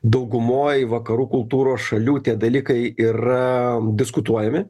daugumoj vakarų kultūros šalių tie dalykai yra diskutuojami